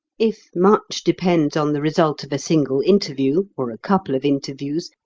if much depends on the result of a single interview, or a couple of interviews,